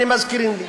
הנה, מזכירים לי.